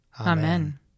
Amen